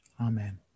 amen